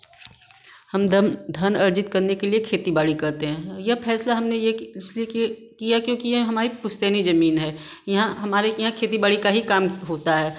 हम दम धन अर्जित करने के लिए खेती बाड़ी करते हैं यह फ़ैसला हमने यह इसलिए किया किया क्योंकि यह हमारी पुश्तैनी ज़मीन है यहाँ हमारे यहाँ खेती बाड़ी का ही काम होता है